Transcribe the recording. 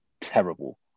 terrible